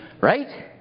Right